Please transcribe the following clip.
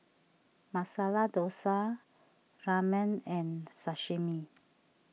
Masala Dosa Ramen and Sashimi